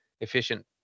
efficient